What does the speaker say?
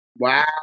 wow